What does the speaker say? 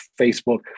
facebook